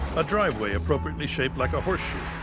a driveway appropriately shaped like a horseshoe,